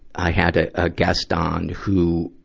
i had a, a guest on who,